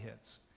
hits